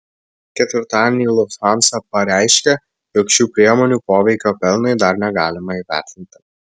ketvirtadienį lufthansa pareiškė jog šių priemonių poveikio pelnui dar negalima įvertinti